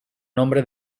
nombre